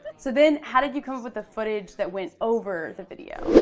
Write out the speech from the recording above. so then how did you come up with the footage that went over the video?